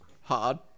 hard